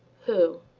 who?